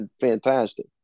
fantastic